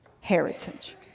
heritage